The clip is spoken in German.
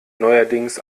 neuerdings